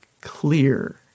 clear